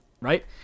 right